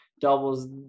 doubles